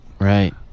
right